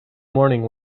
morning